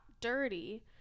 dirty